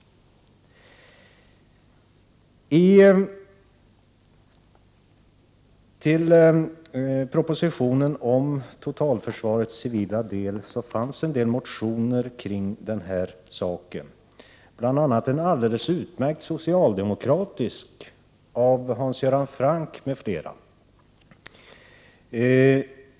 Till propositionen om totalförsvarets civila del har det väckts en del motioner i fråga om detta, bl.a. en alldeles utmärkt socialdemokratisk motion av Hans Göran Franck m.fl.